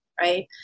right